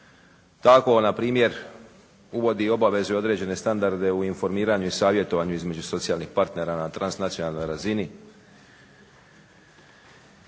Tako npr. uvodi obavezu i određene standarde u informiranju i savjetovanju između socijalnih partnera na transnacionalnoj razini,